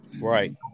Right